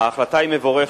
ההחלטה היא מבורכת,